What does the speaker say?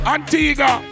Antigua